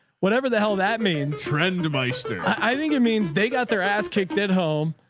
whatever the hell that means, friend. i so i think it means they got their ass kicked at home.